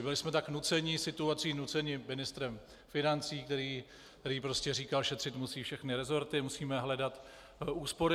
Byli jsme tak nuceni situací, nuceni ministrem financí, který prostě říkal: šetřit musí všechny resorty, musíme hledat úspory.